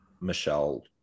michelle